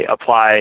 apply